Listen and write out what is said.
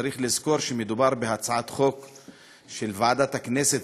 שצריך לזכור שמדובר בהצעת חוק של ועדת הכנסת,